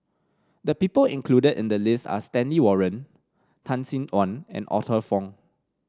the people included in the list are Stanley Warren Tan Sin Aun and Arthur Fong